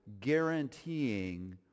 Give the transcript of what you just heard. guaranteeing